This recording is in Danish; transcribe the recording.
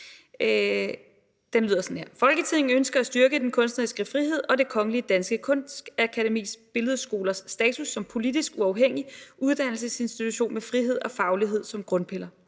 »Folketinget ønsker at styrke den kunstneriske frihed og Det Kongelige Danske Kunstakademis Billedkunstskolers status som politisk uafhængig uddannelsesinstitution med frihed og faglighed som grundpiller.